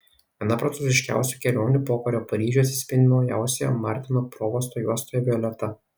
viena prancūziškiausių kelionių pokario paryžiuje atsispindi naujausioje martino provosto juostoje violeta